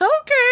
Okay